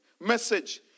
message